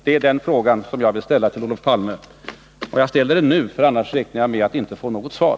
Det är den frågan som jag vill ställa till Olof Palme. Jag ställer den redan nu, för annars räknar jag med att inte få något svar.